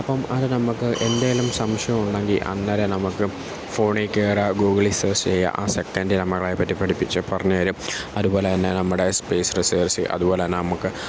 അപ്പം അത് നമുക്ക് എന്തെങ്കിലും സംശയമുണ്ടെങ്കിൽ അന്നേരം നമുക്ക് ഫോണിൽ കയറാൻ ഗൂഗിളിൽ സെർച്ച് ചെയ്യുക ആ സെക്കൻഡ് നമ്മളതേപ്പറ്റി പഠിപ്പിച്ച് പറഞ്ഞുതരും അതുപോലെത്തന്നെ നമ്മുടെ സ്പേയ്സ് റിസേർച്ച് അതുപോലെത്തന്നെ നമുക്ക്